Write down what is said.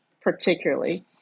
particularly